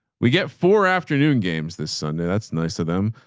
we get four afternoon games this sunday. that's nice to them.